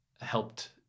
helped